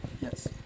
yes